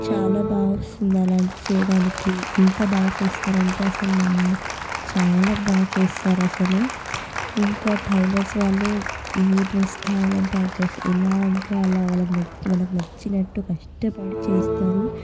చాలా బాగా వస్తుంది అలాంటివి చేయడానికి ఎంత బాగా చేస్తారంటే అసలు చాలా బాగా చేస్తారు అసలు ఇంకా టైలర్స్ వాళ్ళు ఏ డ్రెస్ కావాలంటే ఆ డ్రెస్ ఎలా అంటే అలా వాళ్ళకు మనకు నచ్చినట్టు కష్టపడి చేయిస్తారు